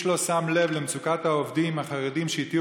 איש לא שם לב למצוקת העובדים החרדים שהטילו